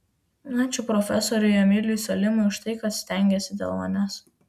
ačiū profesoriui emiliui salimui už tai kad stengėsi dėl manęs